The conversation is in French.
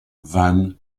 van